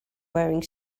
wearing